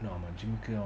ஆமா:ama gym